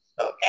Okay